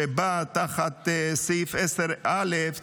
שבא תחת סעיף 10א,